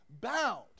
bound